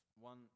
one